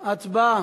הצבעה.